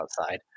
outside